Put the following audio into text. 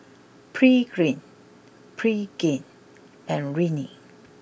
Pregain Pregain and Rene